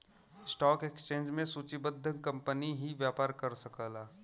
stock exchange में सूचीबद्ध company ही व्यापार कर सकला